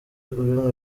uri